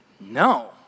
no